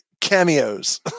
cameos